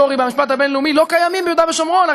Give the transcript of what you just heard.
במשפט הבין-לאומי לא קיימים ביהודה ושומרון.